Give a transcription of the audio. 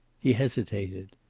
he hesitated.